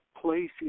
place